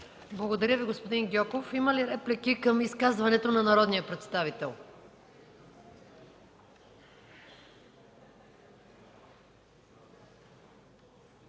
Благодаря Ви, господин Стоилов. Има ли реплики към изказването на народния представител